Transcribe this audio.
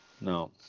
no